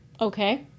Okay